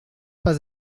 pas